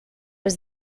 was